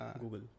Google